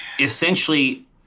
essentially